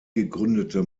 gegründete